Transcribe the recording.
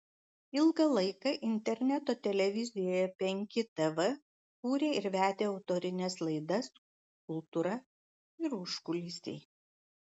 ilgą laiką interneto televizijoje penki tv kūrė ir vedė autorines laidas kultūra ir užkulisiai